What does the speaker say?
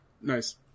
Nice